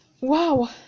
wow